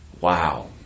wow